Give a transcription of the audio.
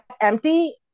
empty